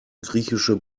griechische